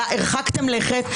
הרחקתם לכת,